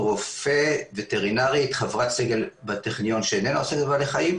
כמו למשל: וטרינרים שיושבים בבתי מטבחיים.